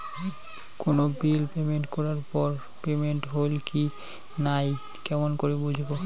কোনো bill payment করার পর পেমেন্ট হইল কি নাই কেমন করি বুঝবো?